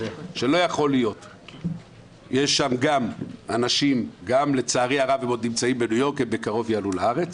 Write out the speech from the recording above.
שיש שם גם אנשים לצערי הם עדיין בניו יורק והם עוד מעט יעלו לארץ